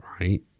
Right